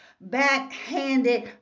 backhanded